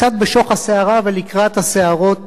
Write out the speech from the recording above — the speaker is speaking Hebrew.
קצת בשוך הסערה ולקראת הסערות